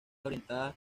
orientadas